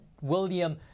William